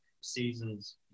Season's